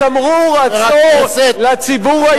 זה תמרור עצור לציבור הישראלי,